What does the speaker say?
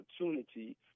opportunity